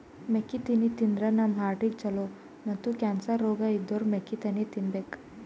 ಮೆಕ್ಕಿತೆನಿ ತಿಂದ್ರ್ ನಮ್ ಹಾರ್ಟಿಗ್ ಛಲೋ ಮತ್ತ್ ಕ್ಯಾನ್ಸರ್ ರೋಗ್ ಇದ್ದೋರ್ ಮೆಕ್ಕಿತೆನಿ ತಿನ್ಬೇಕ್